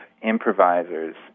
improvisers